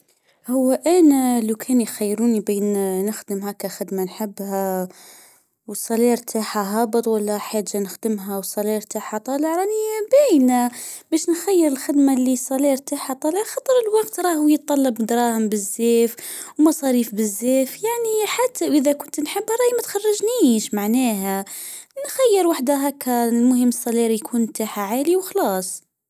و انا لو كان خيروني نخدم هاكا خدمة نحبها والصلا تاعها هابط ولا حاجة نخدمها تاعها طالعة راني باينة. باش نخيل الخدمة تاعها طالع الوقت راهو يطلب دراهم بالسيف. وما غاديش بزاف يعني اذا كنتي محبة راهي ميخرجنيش معناها نخير وحدة هاكا نتاعها عالي وخلاص